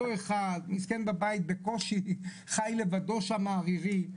אותו אחד חי לו לבדו בבית שמה ערירי,